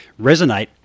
resonate